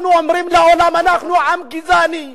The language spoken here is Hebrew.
אנחנו אומרים לעולם: אנחנו עם גזעני.